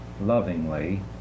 lovingly